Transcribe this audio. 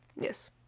Yes